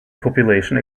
population